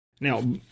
Now